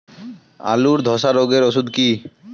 আলুর ধসা রোগের ওষুধ কি?